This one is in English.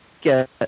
get